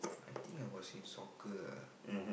I think I was in soccer ah